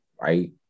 right